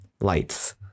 lights